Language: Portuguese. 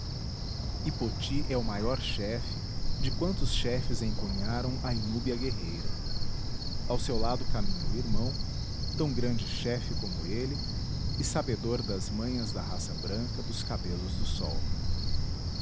poti é o maior chefe de quantos chefes empunharam a inúbia guerreira ao seu lado caminha o irmão tão grande chefe como ele e sabedor das manhas da raça branca dos cabelos do sol